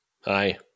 hi